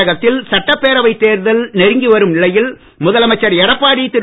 தமிழகத்தில் சட்டப்பேரவை தேர்தல் நெருங்கி வரும் நிலையில் முதலமைச்சர் எடப்பாடி திரு